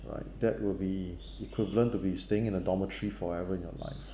right that would be equivalent to be staying in a dormitory forever in your life